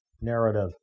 narrative